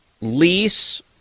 lease